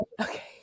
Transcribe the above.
Okay